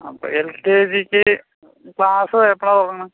അപ്പോൾ എൽകെജിക്ക് ക്ലാസ്സെപ്പോഴാണ് തുടങ്ങുന്നത്